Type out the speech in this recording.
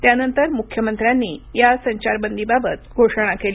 त्यानंतर मुख्यमंत्र्यांनी या संचारबंदीबाबत घोषणा केली